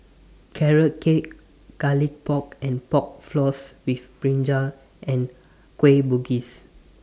Carrot Cake Garlic Pork and Pork Floss with Brinjal and Kueh Bugis